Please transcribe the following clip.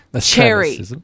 Cherry